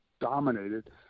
dominated